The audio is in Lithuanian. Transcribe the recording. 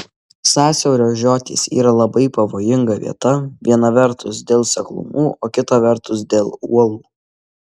sąsiaurio žiotys yra labai pavojinga vieta viena vertus dėl seklumų o kita vertus dėl uolų